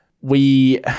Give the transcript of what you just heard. we-